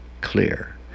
clear